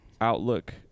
outlook